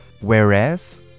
whereas